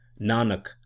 Nanak